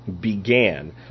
began